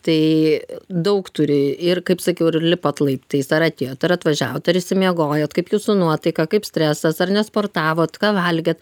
tai daug turi ir kaip sakiau ir lipat laiptais ar atėjot ar atvažiavot ar išsimiegojot kaip jūsų nuotaika kaip stresas ar nesportavot ką valgėt